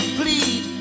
plead